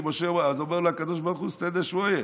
אז אומר לו הקדוש ברוך הוא: סטנה שוואיה,